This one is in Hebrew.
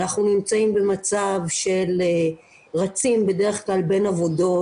אנחנו נמצאים במצב שרצים בדרך כלל בין עבודות,